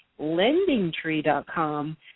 lendingtree.com